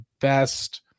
best